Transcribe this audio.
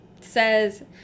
says